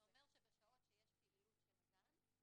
זה אומר שבשעות שיש פעילות של הגן,